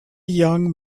young